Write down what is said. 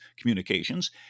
communications